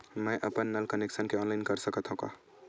मैं अपन नल कनेक्शन के ऑनलाइन कर सकथव का?